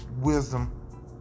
Wisdom